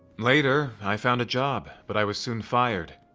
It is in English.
later i found a job, but i was soon fired,